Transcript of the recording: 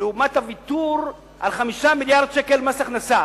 לעומת הוויתור על 5 מיליארדי שקל מס הכנסה,